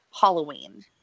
Halloween